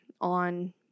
on